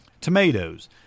Tomatoes